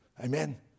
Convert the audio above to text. Amen